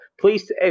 Please